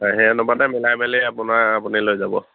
হয় সেই অনুপাতে মিলাই মেলি আপোনাৰ আপুনি লৈ যাব